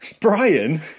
Brian